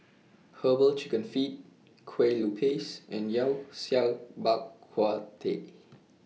Herbal Chicken Feet Kueh Lupis and Yao Cai Bak Kut Teh